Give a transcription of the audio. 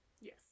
Yes